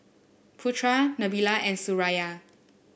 Putra Nabila and Suraya